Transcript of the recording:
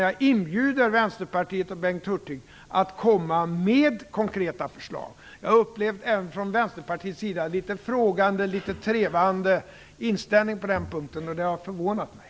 Jag inbjuder Vänsterpartiet och Bengt Hurtig att komma med konkreta förslag. Jag har upplevt att man från Vänsterpartiets sida har haft en litet frågande och trevande inställning på den punkten, och det har förvånat mig.